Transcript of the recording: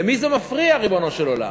למי זה מפריע, ריבונו של עולם?